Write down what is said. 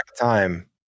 time